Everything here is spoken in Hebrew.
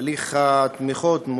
להליך התמיכות,